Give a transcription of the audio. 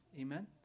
Amen